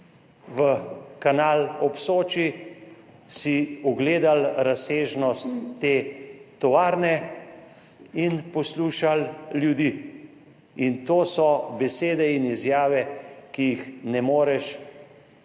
v Kanal ob Soči, si ogledali razsežnost te tovarne in poslušali ljudi. In to so besede in izjave, ki jih ne moreš